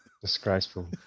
Disgraceful